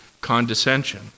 condescension